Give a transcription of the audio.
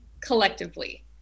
collectively